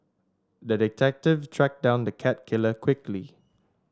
the detective tracked down the cat killer quickly